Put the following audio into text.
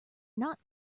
not